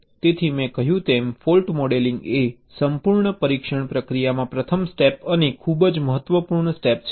તેથી મેં કહ્યું તેમ ફોલ્ટ મોડેલિંગ એ સંપૂર્ણ પરીક્ષણ પ્રક્રિયામાં પ્રથમ સ્ટેપ અને ખૂબ જ મહત્વપૂર્ણ સ્ટેપ છે